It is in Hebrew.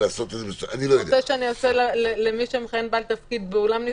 אתה רוצה שאעשה לבעל תפקיד מכהן באולם נפרד?